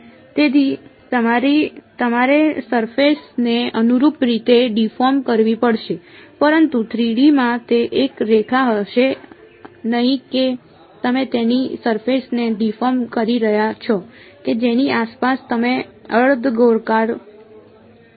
તેથી તમારે સરફેસ ને અનુરૂપ રીતે ડીફોર્મ કરવી પડશે પરંતુ 3D માં તે એક રેખા હશે નહીં કે તમે તેની સરફેસ ને ડીફોર્મ કરી રહ્યાં છો કે જેની આસપાસ તમે અર્ધગોળાકાર બાઉલ મૂકી રહ્યા છો